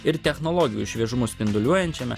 ir technologijų šviežumu spinduliuojančiame